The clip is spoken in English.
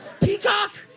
Peacock